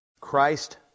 Christ